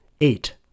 eight